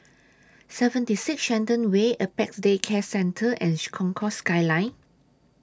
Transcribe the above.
seventy six Shenton Way Apex Day Care Centre and Concourse Skyline